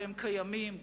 והם קיימים,